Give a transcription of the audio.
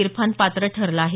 इरफान पात्र ठरला आहे